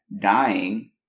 dying